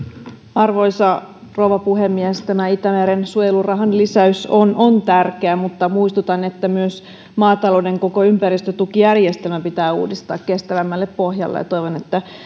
arvoisa rouva puhemies tämä itämeren suojelurahan lisäys on on tärkeä mutta muistutan että myös maatalouden koko ympäristötukijärjestelmä pitää uudistaa kestävämmälle pohjalle ja toivon että